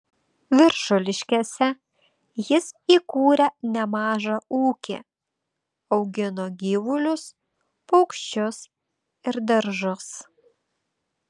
viršuliškėse jis įkūrė nemažą ūkį augino gyvulius paukščius ir daržus